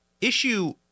issue